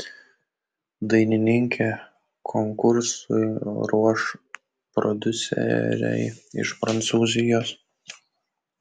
dainininkę konkursui ruoš prodiuseriai iš prancūzijos